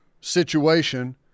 situation